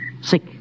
sick